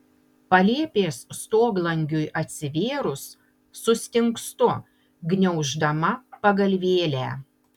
palėpės stoglangiui atsivėrus sustingstu gniauždama pagalvėlę